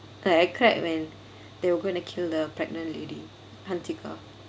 that I cried when they were going to kill the pregnant lady hansika